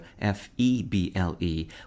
F-E-B-L-E